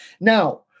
Now